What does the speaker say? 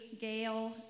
Gail